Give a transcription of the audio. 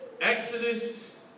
Exodus